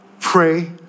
pray